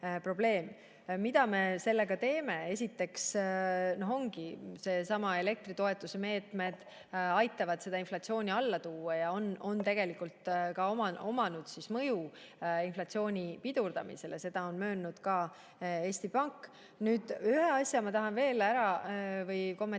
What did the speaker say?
Mida me sellega teeme? Esiteks ongi needsamad elektritoetuse meetmed, mis aitavad seda inflatsiooni alla tuua. Neil on tegelikult olnud ka mõju inflatsiooni pidurdamisele. Seda on möönnud ka Eesti Pank. Ühte asja tahan veel kommenteerida.